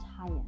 higher